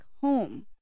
home